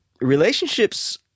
relationships